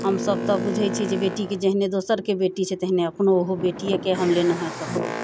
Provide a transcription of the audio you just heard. हमसब तऽ बुझै छी जे बेटी जे जेहने दोसरके बेटी छै तेहने अपनो ओहो बेटिएके हम लेलहुँ हँ ककरो